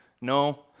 No